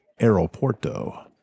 aeroporto